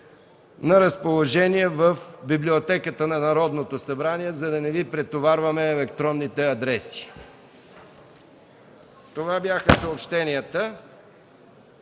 на разположение в Библиотеката на Народното събрание, за да не Ви претоварваме електронните адреси. Това бяха съобщенията.